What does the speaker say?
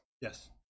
Yes